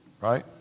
Right